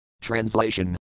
Translation